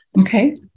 Okay